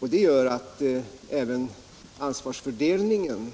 Mot den bakgrunden är ansvarsfördelningen